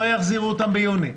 לא יחזירו אותם גם ביוני.